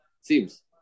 Seems